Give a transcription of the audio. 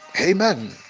amen